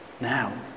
Now